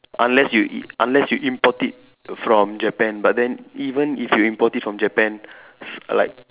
unless you i unless you import it from Japan but then even if you import it from Japan s like